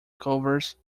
covers